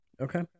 Okay